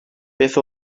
beth